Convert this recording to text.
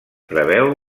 preveu